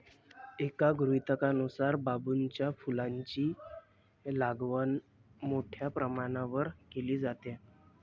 एका गृहीतकानुसार बांबूच्या फुलांची लागवड मोठ्या प्रमाणावर केली जाते